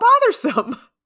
bothersome